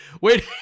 wait